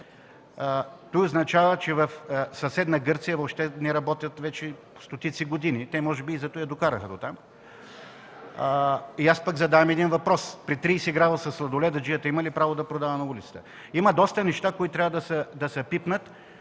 Това означава, че в съседна Гърция не работят вече стотици години. Те може би и затова я докараха дотам. Аз пък задавам въпрос: при 30 градуса сладоледаджията има ли право да продава на улицата? Има доста неща, които трябва да се пипнат.